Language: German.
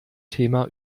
thema